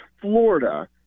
florida